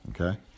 okay